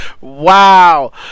Wow